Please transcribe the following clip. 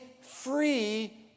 free